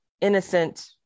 innocent